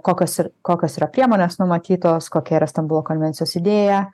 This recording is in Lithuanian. kokios ir kokios yra priemonės numatytos kokia yra stambulo konvencijos idėja